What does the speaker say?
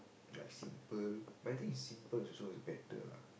like simple but I think is simple also is better lah